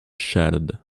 shattered